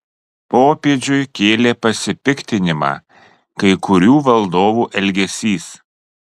popiežiui kėlė pasipiktinimą kai kurių valdovų elgesys